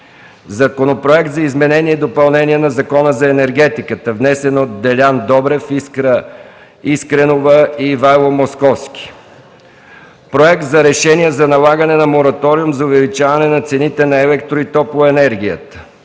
Законопроект за изменение и допълнение на Закона за енергетиката, внесен от Делян Добрев, Искра Искренова и Ивайло Московски. - Проект за решение за налагане на мораториум за увеличаване на цените на електро- и топлоенергията,